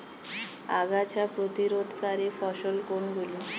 আগাছা প্রতিরোধকারী ফসল কোনগুলি?